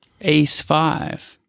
ace-five